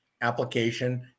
application